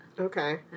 Okay